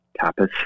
tapas